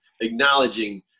acknowledging